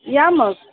या मग